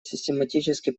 систематически